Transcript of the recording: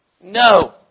No